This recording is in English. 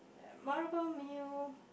memorable meal